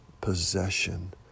possession